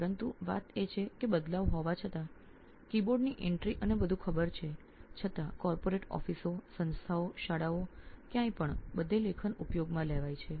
પરંતુ વાત એમ છે કે કીબોર્ડ નો પ્રવેશ અને એ બધું પરિવર્તન હોવા છતાં કોર્પોરેટ ઓફિસો સંસ્થાઓ શાળાઓ બધે લેખનનો ઉપયોગ થાય છે